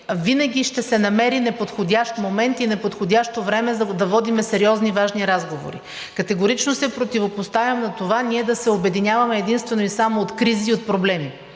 Винаги ще се намери неподходящ момент и неподходящо време да водим сериозни, важни разговори. Категорично се противопоставям на това ние да се обединяваме единствено и само от кризи и от проблеми.